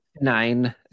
nine